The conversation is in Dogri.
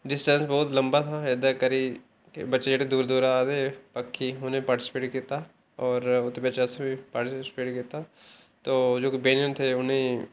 डिस्टैंट बहुत लम्बा था होर एह्दे करी बच्चे जेह्ड़े बड़े दूरा दूरा आए दे हे बाकी उ'नें पार्टिसपैट कीता होर ओह्दे बिच्च अस बी पार्टीसपैट कीता ते जो वीनिंग थे उ'नेंगी